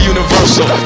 Universal